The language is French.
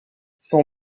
son